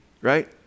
right